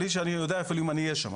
בלי שאני יודע אפילו שאני אהיה שם,